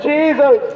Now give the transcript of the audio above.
Jesus